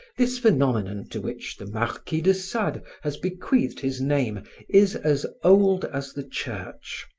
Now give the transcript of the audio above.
this phenomenon to which the marquis de sade has bequeathed his name is as old as the church.